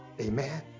Amen